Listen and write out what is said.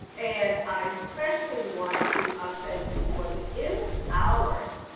and i especially want to ah thank you for the endless hours,